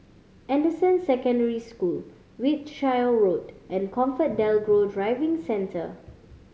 Anderson Secondary School Wiltshire Road and ComfortDelGro Driving Centre